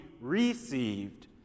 received